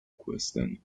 کوهستانی